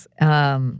yes